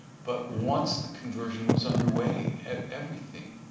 but once the conversion was underway, everything,